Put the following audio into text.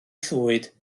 llwyd